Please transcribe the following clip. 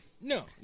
No